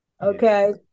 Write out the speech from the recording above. Okay